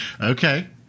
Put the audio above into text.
Okay